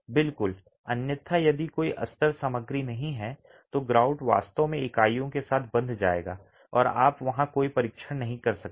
बिल्कुल अन्यथा यदि कोई अस्तर सामग्री नहीं है तो ग्राउट वास्तव में इकाइयों के साथ बंध जाएगा और आप वहां कोई परीक्षण नहीं कर सकते